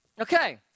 Okay